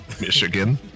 Michigan